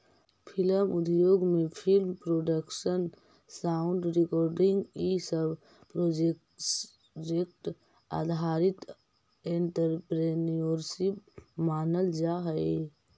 film उद्योग में film production sound recording इ सब प्रोजेक्ट आधारित एंटरप्रेन्योरशिप मानल जा हई